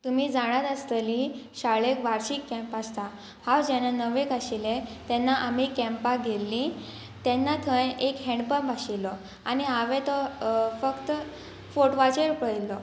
तुमी जाणात आसतलीं शाळेक वार्शीक कॅम्प आसता हांव जेन्ना णवेक आशिल्लें तेन्ना आमी कॅम्पाक गेल्लीं तेन्ना थंय एक हँडपंप आशिल्लो आनी हांवें तो फक्त फोटवाचेर पळयिल्लो